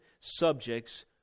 subjects